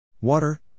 Water